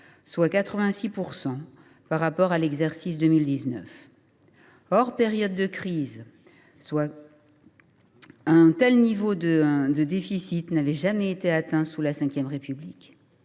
de 86 %, par rapport à l’exercice 2019. Hors période de crise, un tel niveau de déficit n’avait jamais été atteint sous la V République.